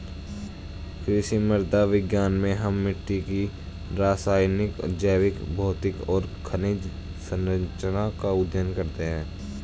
कृषि मृदा विज्ञान में हम मिट्टी की रासायनिक, जैविक, भौतिक और खनिज सरंचना का अध्ययन करते हैं